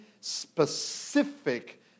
specific